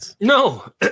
No